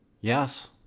Yes